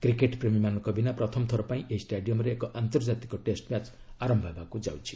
cricket ପ୍ରେମୀମାନଙ୍କ ବିନା ପ୍ରଥମ ଥର ପାଇଁ ଏହି ଷ୍ଟାଡିୟମ୍ରେ ଏକ ଆନ୍ତର୍ଜାତିକ ଟେଷ୍ଟ ମ୍ୟାଚ୍ ଆରମ୍ଭ ହେବାକୁ ଯାଉଛି